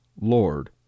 Lord